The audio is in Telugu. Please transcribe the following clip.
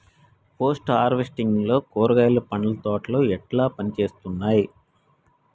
పోస్ట్ హార్వెస్టింగ్ లో కూరగాయలు పండ్ల తోటలు ఎట్లా పనిచేత్తనయ్?